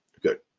good